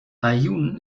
aaiún